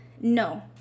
no